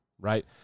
right